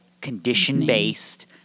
condition-based